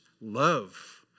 love